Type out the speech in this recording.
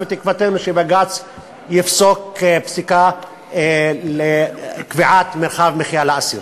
ותקוותנו היא שבג"ץ יפסוק פסיקה לקביעת מרחב מחיה לאסיר.